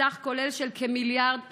סך כולל של כמיליארד ש"ח.